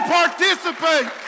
participate